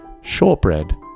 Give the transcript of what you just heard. shortbread